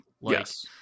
Yes